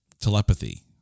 Telepathy